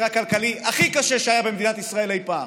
הכלכלי הכי קשה שהיה במדינת ישראל אי-פעם.